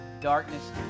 Darkness